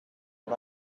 and